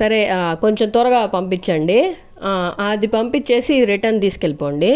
సరే కొంచెం త్వరగా పంపించండి అది పంపించేసి రిటర్న్ తీసుకెళ్ళిపోండి